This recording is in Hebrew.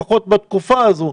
לפחות בתקופה הזו,